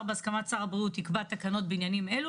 בהסכמת שר הבריאות יקבע תקנות בעניינים אלו,